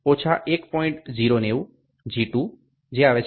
090 G2 55